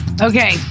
Okay